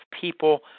people